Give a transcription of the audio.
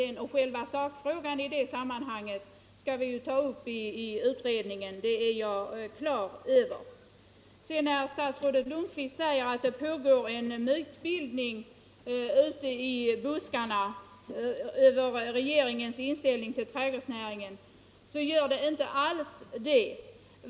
Att vi sedan skall ta upp själva sakfrågan i utredningen är jag fullt på det klara med. Statsrådet Lundkvist sade att det pågår en mytbildning ute i buskarna om regeringens inställning till trädgårdsnäringen. Så är inte alls fallet.